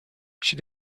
she